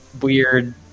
weird